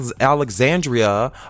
Alexandria